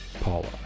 Paula